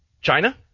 China